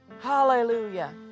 Hallelujah